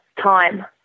time